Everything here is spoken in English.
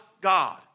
God